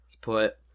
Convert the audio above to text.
put